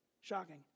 Shocking